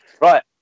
right